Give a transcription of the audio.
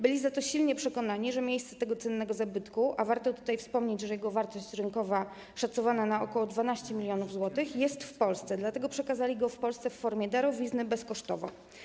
Byli za to silnie przekonani, że miejsce tego cennego zabytku, a warto tutaj wspomnieć, że jego wartość rynkowa szacowana jest na ok. 12 mln zł, jest w Polsce, dlatego przekazali go Polsce w formie darowizny, bezkosztowo.